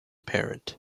parent